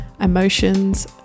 emotions